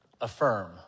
affirm